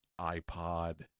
iPod